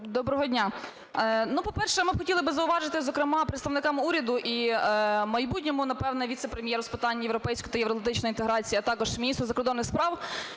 Доброго дня! Ну, по-перше, ми хотіли би зауважити, зокрема представникам уряду і майбутньому, напевно, Віце-прем'єру з питань європейської та євроатлантичної інтеграції, а також міністру закордонних справ,